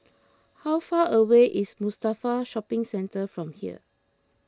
how far away is Mustafa Shopping Centre from here